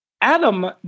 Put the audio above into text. Adam